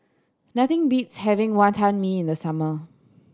nothing beats having Wantan Mee in the summer